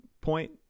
point